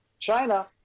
China